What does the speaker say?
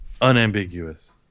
unambiguous